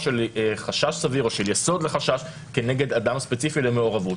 של חשש סביר או של יסוד לחשש כנגד אדם ספציפי למעורבות.